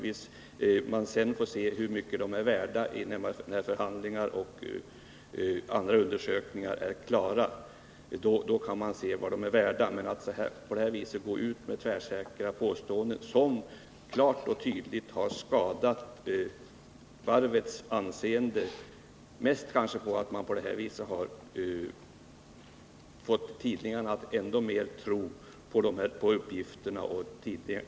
Vi får se hur mycket de är värda, när förhandlingar och undersökningar är avslutade. Men det är olyckligt att han på detta vis har gått ut med tvärsäkra påståenden. De har klart och tydligt skadat varvets anseende — kanske mest för att man har fått tidningarna att tro på uppgifterna.